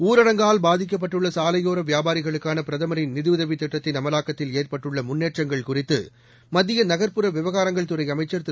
ஊரடங்கால் பாதிக்கப்பட்டுள்ள சாலையோர வியாபாரிகளுக்கான பிரதமரின் நிதியுதவி திட்டத்தின் அமலாக்கத்தில் ஏற்பட்டுள்ள முன்னேற்றங்கள் குறித்து மத்திய நகர்ப்புற விவகாரங்கள் துறை அமைச்சர் திரு